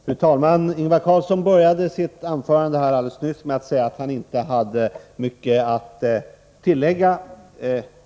Fru talman! Ingvar Carlsson började sitt anförande nyss med att säga att han inte hade mycket att tillägga.